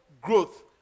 growth